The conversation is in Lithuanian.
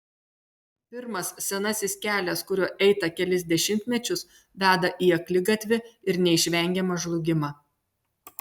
pirmas senasis kelias kuriuo eita kelis dešimtmečius veda į akligatvį ir neišvengiamą žlugimą